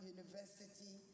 University